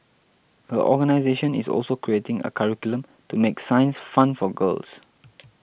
her organisation is also creating a curriculum to make science fun for girls